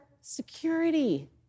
security